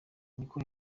niko